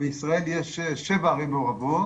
בישראל יש שבע ערים מעורבות